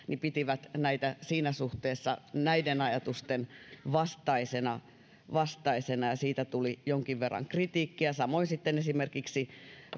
pitivät näitä poistoja siinä suhteessa näiden ajatusten vastaisena vastaisena ja siitä tuli jonkin verran kritiikkiä samoin esimerkiksi